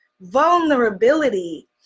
vulnerability